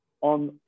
on